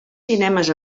cinemes